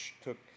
took